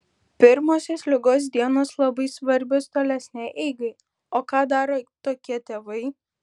pirmosios ligos dienos labai svarbios tolesnei eigai o ką daro tokie tėvai